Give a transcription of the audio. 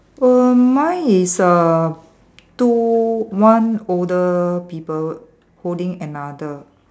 well mine is a two one older people holding another